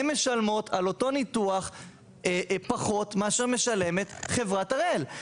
הן משלמות על אותו ניתוח פחות מאשרת משלמת חברת הראל,